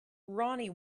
ronnie